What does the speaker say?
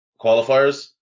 qualifiers